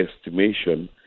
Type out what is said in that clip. estimation